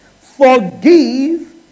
Forgive